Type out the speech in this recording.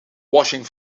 washing